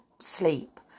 sleep